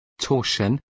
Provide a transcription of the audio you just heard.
torsion